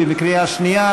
בקריאה שנייה.